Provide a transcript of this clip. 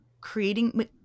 creating